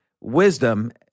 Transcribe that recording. wisdom